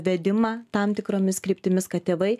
vedimą tam tikromis kryptimis kad tėvai